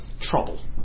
trouble